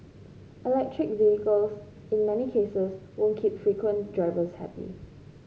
electric vehicles in many cases won't keep frequent drivers happy